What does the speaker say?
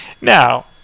Now